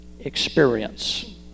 experience